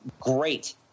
great